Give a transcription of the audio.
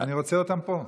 אני רוצה אותם פה.